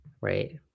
right